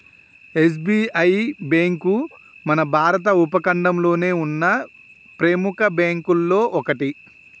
SBI bank మన భారత ఉపఖండంలోనే ఉన్న ప్రెముఖ బ్యేంకుల్లో ఒకటి